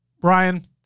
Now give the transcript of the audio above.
brian